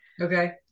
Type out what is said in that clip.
Okay